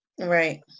Right